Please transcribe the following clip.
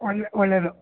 ಒಳ್ಳೆ ಒಳ್ಳೆಯದು